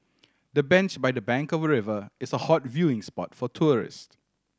the bench by the bank of river is a hot viewing spot for tourist